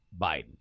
Biden